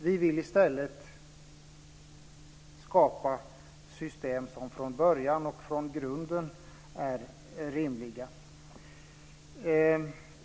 Vi vill i stället skapa system som från grunden är rimliga.